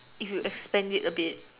if you expand it a bit